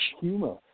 humor